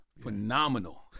Phenomenal